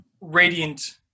radiant